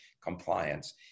compliance